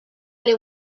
les